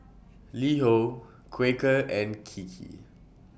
LiHo Quaker and Kiki